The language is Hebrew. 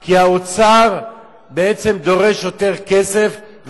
כי האוצר דורש יותר כסף,